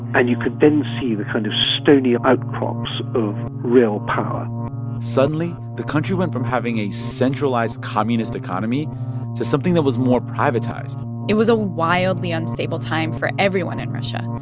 and you could then see the kind of stony outcrops of real power suddenly, the country went from having a centralized communist economy to something that was more privatized it was a wildly unstable time for everyone in russia.